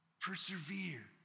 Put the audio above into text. Persevere